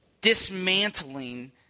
dismantling